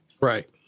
Right